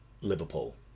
Liverpool